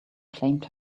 claimed